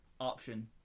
option